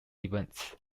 events